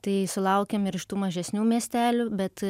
tai sulaukiam ir iš tų mažesnių miestelių bet